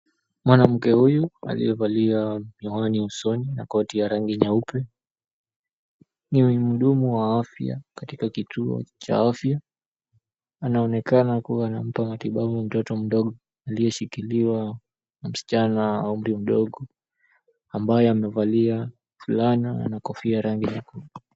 Mwanamke huyu aliyevalia miwani usoni na koti ya rangi nyeupe ni mhudumu wa afya katika kituo cha afya anaonekana kuwa anampa matibabu mtoto mdogo aliyeshikiliwa na msichana wa umri mdogo ambaye amevalia fulana na kofia ya rangi nyekundu.